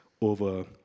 over